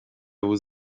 vos